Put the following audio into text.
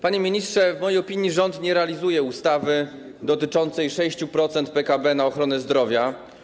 Panie ministrze, w mojej opinii rząd nie realizuje ustawy dotyczącej 6% PKB na ochronę zdrowia.